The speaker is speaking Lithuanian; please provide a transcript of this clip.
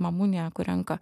mamų unija renka